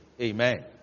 Amen